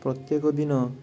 ପ୍ରତ୍ୟେକ ଦିନ